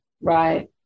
Right